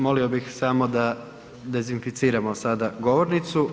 Molio bih samo da dezinficiramo sada govornicu.